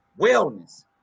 wellness